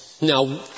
Now